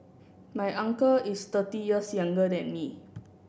my uncle is thirty years younger than me